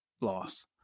loss